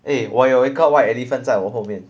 eh 我有一个 white elephant 在我后面